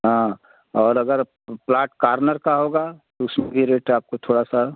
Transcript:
हाँ और अगर प्लॉट कार्नर का होगा तो उसके रेट आपको थोड़ा सा